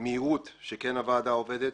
והמהירות שהוועדה עובדת.